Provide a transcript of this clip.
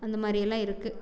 அந்தமாதிரிலாம் இருக்கு